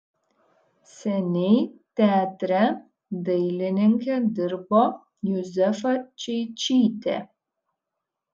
seniai teatre dailininke dirbo juzefa čeičytė